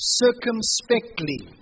circumspectly